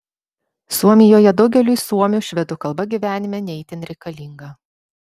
suomijoje daugeliui suomių švedų kalba gyvenime ne itin reikalinga